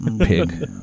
pig